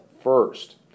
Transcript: first